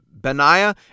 Benaiah